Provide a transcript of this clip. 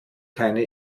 keine